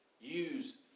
use